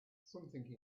something